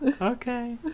Okay